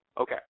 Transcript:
Okay